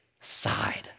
side